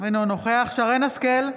אינו נוכח שרן מרים השכל,